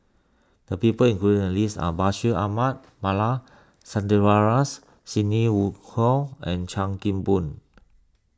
the people included in the list are Bashir Ahmad Mallal Sidney Woodhull and Chan Kim Boon